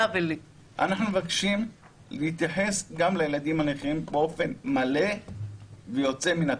אנחנו מבקשים להתייחס גם לילדים הנכים באופן מלא ויוצא מן הכלל.